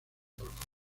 profundas